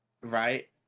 right